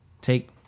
take